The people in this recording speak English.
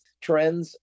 Trends